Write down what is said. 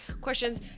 questions